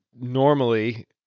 normally